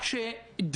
שזה